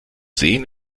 sehen